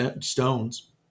stones